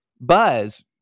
buzz